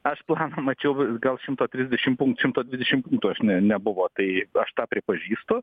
aš planą mačiau gal šimto trisdešim šimto dvidešim punktų aš ne nebuvo tai aš tą pripažįstu